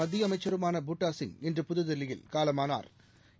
மத்தியஅமைச்சருமான பூட்டாசிங் இன்று புதுதில்லியில் காலமானாா்